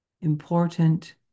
important